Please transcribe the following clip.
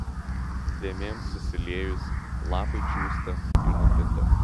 dėmėms susiliejus lapai džiūsta ir nukrinta